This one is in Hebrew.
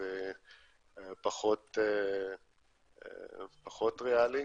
זה פחות ריאלי.